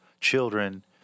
children